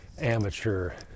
amateur